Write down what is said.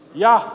rosatom